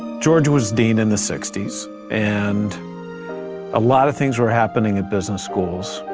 george was dean in the sixty s and a lot of things were happening in business schools.